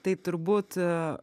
tai turbūt